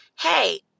Hey